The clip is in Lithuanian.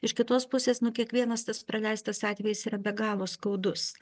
iš kitos pusės nu kiekvienas tas praleistas atvejis yra be galo skaudus